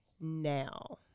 now